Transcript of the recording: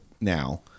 now